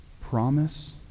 promise